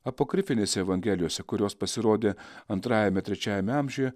apokrifinėse evangelijose kurios pasirodė antrajame trečiajame amžiuje